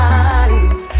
eyes